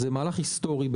זה מהלך היסטורי,